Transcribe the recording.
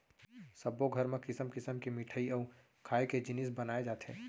सब्बो घर म किसम किसम के मिठई अउ खाए के जिनिस बनाए जाथे